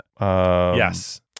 Yes